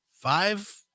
five